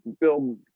build